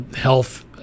health